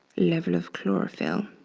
level of chlorophyll,